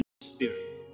spirit